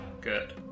Good